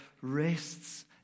rests